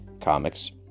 comics